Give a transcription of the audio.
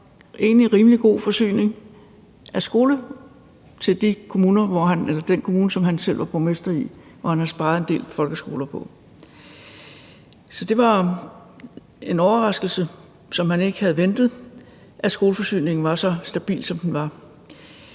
en rimelig god forsyning af skoler i den kommune, som han selv var borgmester i, og hvor han havde sparet en del folkeskoler væk. Så det var en overraskelse, som han ikke havde ventet, altså at skoleforsyningen var så stabil, som den var.